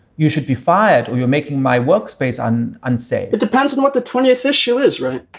you should be fired. we were making my workspace on unsay, it depends on what the twentieth issue is, right?